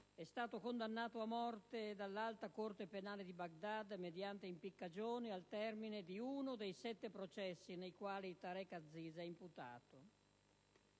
è stato condannato a morte dall'Alta corte penale di Baghdad mediante impiccagione al termine di uno dei sette processi nei quali è imputato.